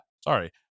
sorry